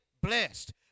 blessed